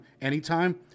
anytime